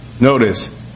Notice